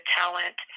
talent –